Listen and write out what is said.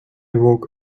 woke